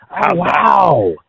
wow